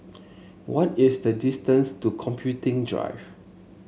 what is the distance to Computing Drive